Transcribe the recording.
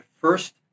First